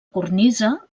cornisa